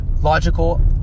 logical